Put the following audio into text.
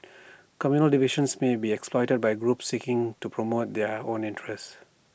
communal divisions may be exploited by groups seeking to promote their own interests